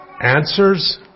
answers